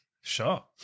Sure